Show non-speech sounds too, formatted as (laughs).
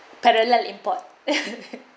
parallel import (laughs)